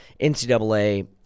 NCAA